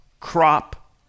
crop